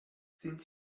sind